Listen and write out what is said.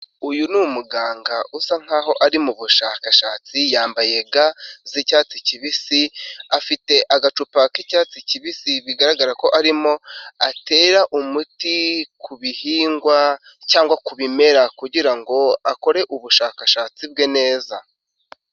Uyu ni umuganga usa nkaho ari mubushakashatsi, yambaye ga z'icyatsi kibisi, afite agacupa k'icyatsi kibisi bigaragara ko arimo atera umuti ku bihingwa cyangwa ku bimera kugirango akore ubushakashatsi bwe neza.